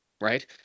Right